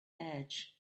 edge